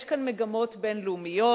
יש כאן מגמות בין-לאומיות.